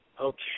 Okay